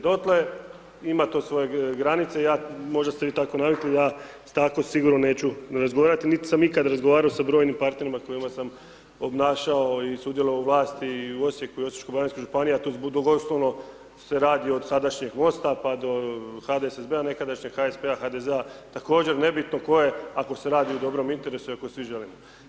Dotle ima to svoje granice, možda ste vi tako navikli, ja tako sigurno neću razgovarati nit sam ikad razgovarati sa brojnim partnerima s kojima sam obnašao i sudjelovao u vlasti i u Osijeku i Osječko-baranjskoj županiji a ... se radi o sadašnjeg gosta pa do HDSSB-a nekadašnjeg, HSP-a, HDZ-a također, nebitno tko je ako se radi o dobrom interesu i ako svi želimo.